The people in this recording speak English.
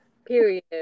Period